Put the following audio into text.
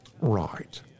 Right